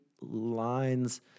lines